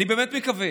אני באמת מקווה